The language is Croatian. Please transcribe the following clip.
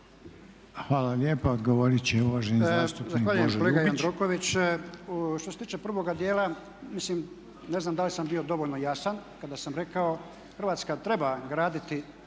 Hvala lijepa. Odgovoriti će uvaženi zastupnik Božo Ljubić.